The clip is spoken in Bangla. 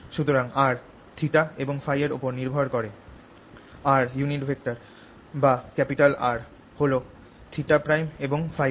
সুতরাং R θ এবং Փ উপর নির্ভর করে R ইউনিট ভেক্টর বা কাপিটাল R হল θ' এবং Փ'